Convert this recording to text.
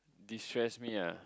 destress me ah